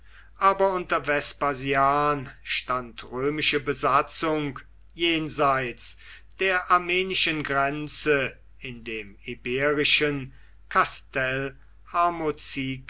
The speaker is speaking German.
aber unter vespasian stand römische besatzung jenseits der armenischen grenze in dem iberischen